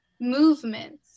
movements